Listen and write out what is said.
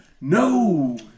no